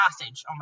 passage